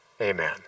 Amen